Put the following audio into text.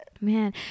man